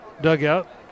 dugout